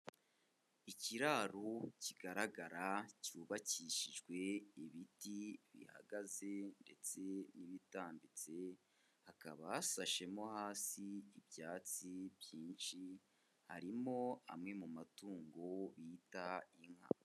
Ikiraro kigaragara cyubakishijwe ibiti bihagaze ndetse n'ibitambitse, hakaba hasashemo hasi ibyatsi byinshi, harimo amwe mu matungo bita inka.